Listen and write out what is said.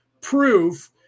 proof